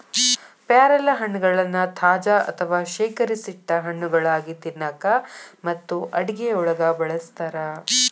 ಪ್ಯಾರಲಹಣ್ಣಗಳನ್ನ ತಾಜಾ ಅಥವಾ ಶೇಖರಿಸಿಟ್ಟ ಹಣ್ಣುಗಳಾಗಿ ತಿನ್ನಾಕ ಮತ್ತು ಅಡುಗೆಯೊಳಗ ಬಳಸ್ತಾರ